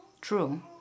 true